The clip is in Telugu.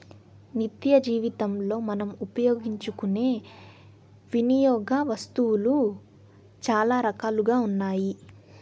నిత్యజీవనంలో మనం ఉపయోగించుకునే వినియోగ వస్తువులు చాలా రకాలుగా ఉన్నాయి